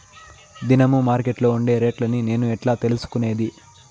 దినము మార్కెట్లో ఉండే రేట్లని నేను ఎట్లా తెలుసుకునేది?